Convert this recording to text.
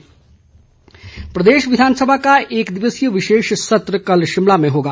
विधानसभा प्रदेश विधानसभा का एक दिवसीय विशेष सत्र कल शिमला में होगा